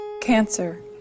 Cancer